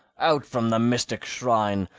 out from the mystic shrine,